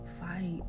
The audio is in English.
fight